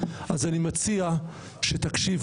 אז אני מציע שתקשיבו.